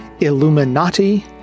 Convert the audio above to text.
Illuminati